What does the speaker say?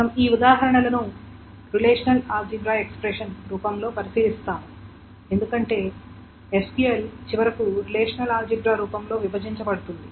మనం ఈ ఉదాహరణలను రిలేషనల్ ఆల్జీబ్రా ఎక్స్ప్రెషన్ రూపంలో పరిశీలిస్తాము ఎందుకంటే SQL చివరకు రిలేషనల్ ఆల్జీబ్రా రూపంలో విభజించబడుతుంది